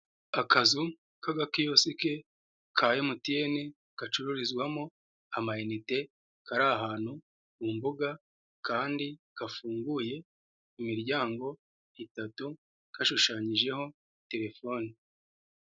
Akazu k'agakiyosike ka MTN gacururizwamo amayinite kari ahantu mu mbuga kandi gafunguye imiryango itatu gashushanyijeho telefoni.